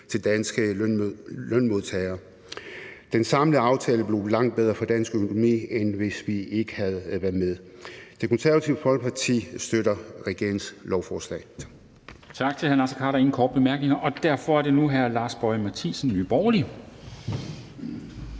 til danske lønmodtagere. Den samlede aftale blev langt bedre for dansk økonomi, end hvis vi ikke havde været med. Det Konservative Folkeparti støtter regeringens lovforslag.